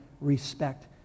respect